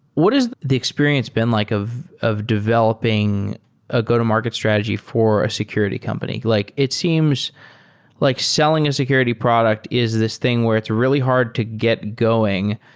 what is the experience been like of of developing a go-to-market strategy for a security company? like it seems like selling a security product is this thing where it's really hard to get going,